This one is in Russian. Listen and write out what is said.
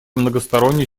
многосторонней